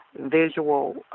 visual